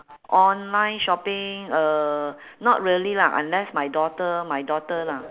online shopping uh not really lah unless my daughter my daughter lah